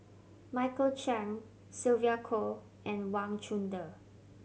Michael Chiang Sylvia Kho and Wang Chunde